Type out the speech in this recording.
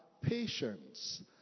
patience